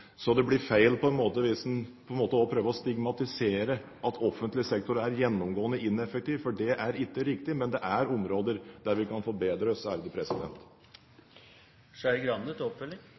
Det blir feil hvis man prøver å stigmatisere og si at offentlig sektor er gjennomgående ineffektiv. Det er ikke riktig. Men det er områder vi kan forbedre oss